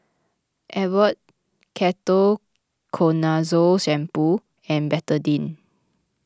Abbott Ketoconazole Shampoo and Betadine